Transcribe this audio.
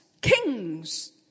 kings